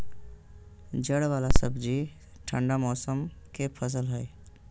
जड़ वाला सब्जि ठंडा मौसम के फसल हइ